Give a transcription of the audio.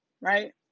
right